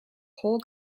whole